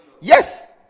Yes